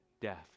death